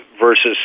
versus